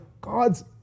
God's